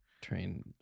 train